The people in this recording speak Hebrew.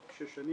שש שנים,